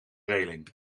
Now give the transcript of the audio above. reling